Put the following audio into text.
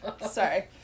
sorry